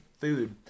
food